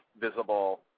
visible